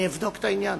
אני אבדוק את העניין.